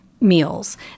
meals